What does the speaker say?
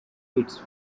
its